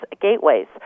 gateways